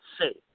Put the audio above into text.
safe